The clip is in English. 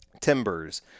Timbers